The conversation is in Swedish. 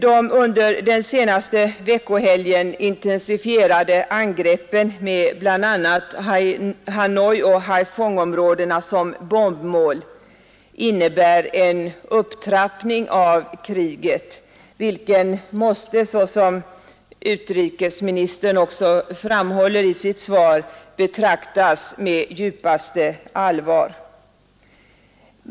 De under den senaste veckohelgen intensifierade angreppen med bl.a. Hanoioch Haiphongområdena som bombmål innebär en upptrappning av kriget vilken måste såsom utrikesministern också framhåller i sitt svar betraktas med djupaste allvar.